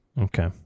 Okay